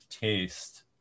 taste